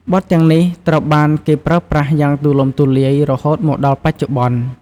បទទាំងនេះត្រូវបានគេប្រើប្រាស់យ៉ាងទូលំទូលាយរហូតមកដល់បច្ចុប្បន្ន។